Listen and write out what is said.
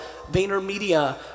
VaynerMedia